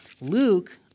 Luke